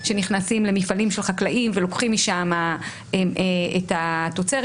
שנכנסים למפעלים של חקלאים ולוקחים משם את התוצרת